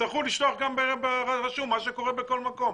יצטרכו לשלוח גם בדואר רשום כפי שקורה בכל מקום.